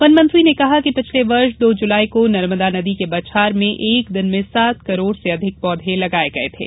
वनमंत्री ने कहा कि पिछले वर्ष दो जुलाई को नर्मदा नदी के बछार में एक दिन में सात करोड़ से अधिक पौधे लगाये गये थे